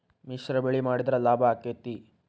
ಮಿಶ್ರ ಬೆಳಿ ಮಾಡಿದ್ರ ಲಾಭ ಆಕ್ಕೆತಿ?